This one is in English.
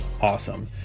Awesome